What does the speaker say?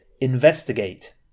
Investigate